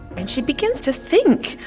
and she begins to think,